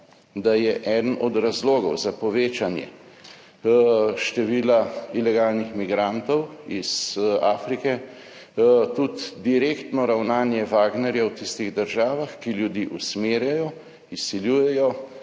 da je eden od razlogov za povečanje števila ilegalnih migrantov iz Afrike, tudi direktno ravnanje Wagnerjev v tistih državah, ki ljudi usmerjajo, izsiljujejo